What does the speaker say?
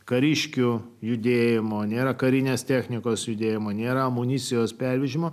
kariškių judėjimo nėra karinės technikos judėjimo nėra amunicijos pervežimo